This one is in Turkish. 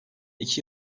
iki